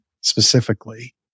specifically